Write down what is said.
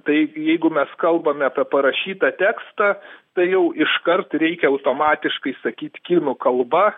tai jeigu mes kalbame apie parašytą tekstą tai jau iškart reikia automatiškai sakyt kinų kalba